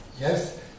yes